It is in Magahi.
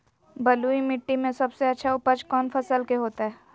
बलुई मिट्टी में सबसे अच्छा उपज कौन फसल के होतय?